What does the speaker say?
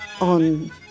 on